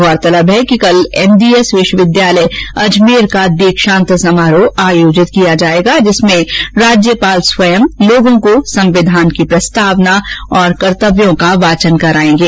गौरतलब है कि कल एमडीएस विश्वविद्यालय अजमेर का दीक्षांत समारोह आयोजित किया जायेगा जिसमें राज्यपाल स्वयं लोगों को संविधान की प्रस्तावना और कर्तव्यों का वाचन करायेंगे